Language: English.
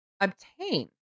obtain